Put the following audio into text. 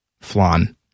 flan